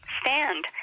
Stand